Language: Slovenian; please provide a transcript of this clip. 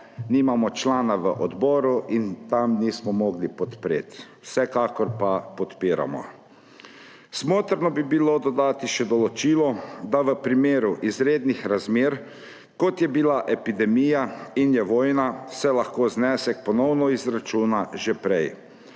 nimamo člana v odboru in tam nismo mogli podpreti, vsekakor pa podpiramo. Smotrno bi bilo še dodati določilo, da v primeru izrednih razmer, kot je bila epidemija in je vojna, se lahko znesek ponovno izračuna že prej.